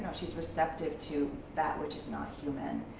she's receptive to that which is not human.